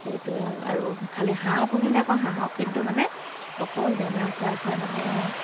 সেইটোৱে আৰু আৰু খালি হাঁহ পুহিলে আকৌ হাঁহক কিন্তু মানে অকল দেনাই খুৱাই খুৱাই মানে